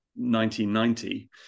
1990